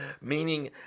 meaning